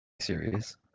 Serious